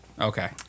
Okay